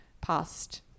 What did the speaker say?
past